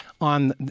on